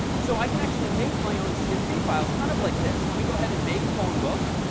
so i can actually make my own csv files kind of like this. let me go ahead and make phone book.